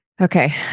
okay